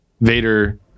Vader